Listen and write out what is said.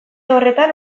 horretan